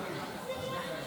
אין נמנעים.